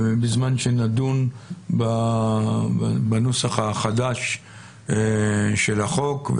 בזמן שנדון בנוסח החדש של החוק.